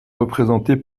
représenté